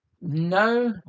no